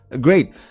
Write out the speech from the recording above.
great